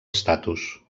estatus